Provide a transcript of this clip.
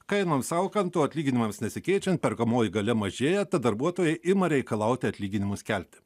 kainoms augant o atlyginimams nesikeičiant perkamoji galia mažėja tad darbuotojai ima reikalauti atlyginimus kelti